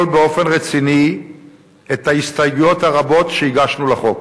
באופן רציני את ההסתייגויות הרבות שהגשנו לחוק.